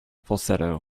falsetto